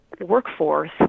workforce